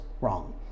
wrong